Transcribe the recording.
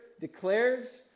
declares